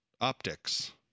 optics